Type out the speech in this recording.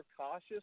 cautious